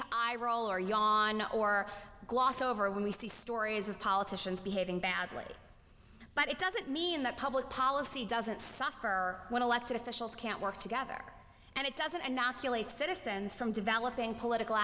all or yawn or glossed over when we see stories of politicians behaving badly but it doesn't mean that public policy doesn't suffer when elected officials can't work together and it doesn't citizens from developing political